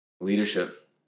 leadership